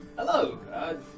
Hello